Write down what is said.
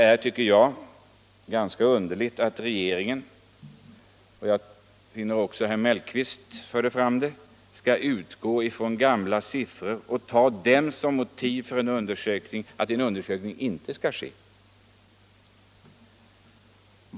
Nu gäller det alltså 10 96 av dessa. Det är mycket underligt att regeringen skall utgå från gamla siffror och ta dem som motiv för att en undersökning inte skall ske. Även herr Mellqvist nämnde detta.